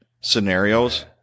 scenarios